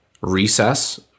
recess